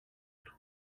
του